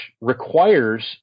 requires